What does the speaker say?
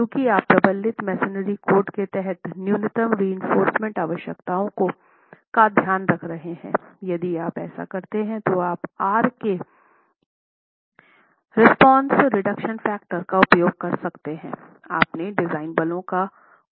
क्योंकि आप प्रबलित मैसनरी कोड के तहत न्यूनतम रएंफोर्रसमेंट आवश्यकताओं का ध्यान रख रहे हैं यदि आप ऐसा करते हैं तो आप R के रिस्पॉन्स रिडक्शन फैक्टर का उपयोग कर सकते हैं अपने डिजाइन बलों को प्राप्त करने के लिए